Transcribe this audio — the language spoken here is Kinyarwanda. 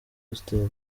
austin